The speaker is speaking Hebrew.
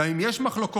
וגם אם יש מחלוקות,